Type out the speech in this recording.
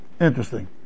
Interesting